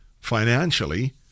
financially